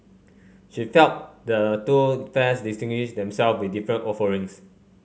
she felt the two fairs distinguished themselves with different offerings